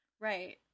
Right